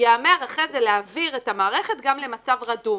ייאמר אחרי זה: להעביר את המערכת גם למצב רדום.